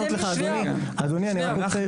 אדוני אני רוצה לענות לך.